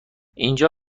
اینجا